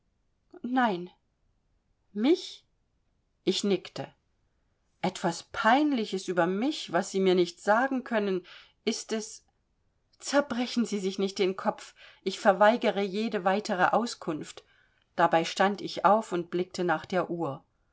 nein mich ich nickte etwas peinliches über mich was sie mir nicht sagen können ist es zerbrechen sie sich nicht den kopf ich verweigere jede weitere auskunft dabei stand ich auf und blickte nach der uhr